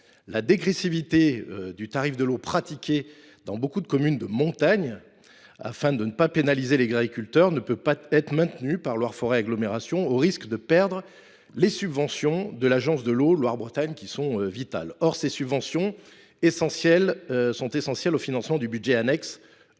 la dégressivité du tarif de l’eau pratiquée dans beaucoup de communes de montagne, afin de ne pas pénaliser les agriculteurs, ne peut être maintenue par Loire Forez agglomération au risque de perdre les subventions de l’agence de l’eau Loire Bretagne. Or ces subventions sont essentielles, voire vitales au financement du budget annexe